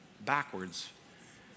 backwards